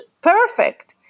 perfect